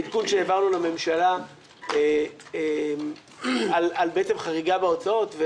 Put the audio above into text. לעדכון שהעברנו לממשלה על חריגה בהוצאות,